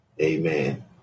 Amen